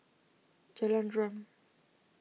Jalan Derum